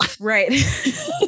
Right